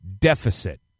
deficit